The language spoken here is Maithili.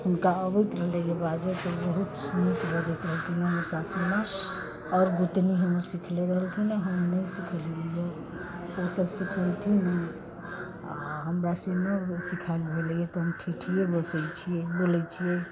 हुनका अबैत रहलै बाजय तऽ ओ बहुत सुन्दर बाजैत रहलखिन हेँ हमर सासुमाँ आओर गोतनी हमर सिखले रहलखिन हेँ हम नहि सिखलियै ओसभ सिखलथिन हेँ आ हमरासँ नहि होइल सिखय तऽ हम ठेठिये बसैत छियै बोलैत छियै